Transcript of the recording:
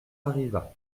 arriva